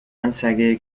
anzeige